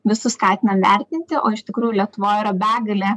visus skatinam vertinti o iš tikrųjų lietuvoj yra begalė